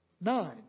nine